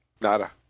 Nada